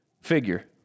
figure